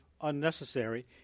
unnecessary